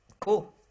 cool